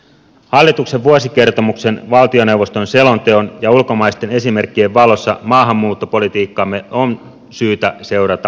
hallituksen vuosikertomuksen valtioneuvoston selonteon ja ulkomaisten esimerkkien valossa maahanmuuttopolitiikkaamme on syytä seurata tarkasti